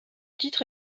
titre